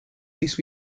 least